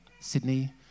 sydney